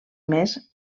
més